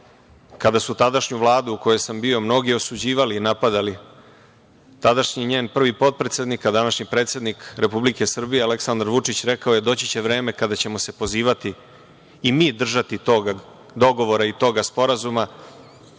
kada su tadašnju Vladu, u kojoj sam bio, mnogi osuđivali i napadali, tadašnji njen prvi potpredsednik, a današnji predsednik Republike Srbije Aleksandar Vučić rekao je – doći će vreme kada ćemo se pozivati i mi držati tog dogovora i tog sporazuma,